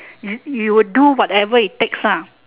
you would do whatever it takes